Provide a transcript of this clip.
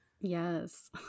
Yes